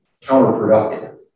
counterproductive